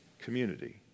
community